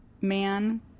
man